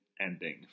ending